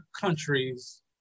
countries